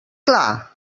clar